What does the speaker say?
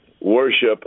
worship